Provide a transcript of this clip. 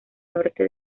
norte